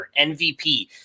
MVP